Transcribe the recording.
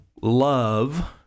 love